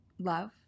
Love